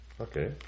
Okay